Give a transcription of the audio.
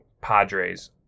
Padres